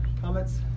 comments